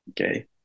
Okay